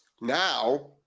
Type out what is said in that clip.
now